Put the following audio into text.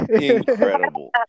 incredible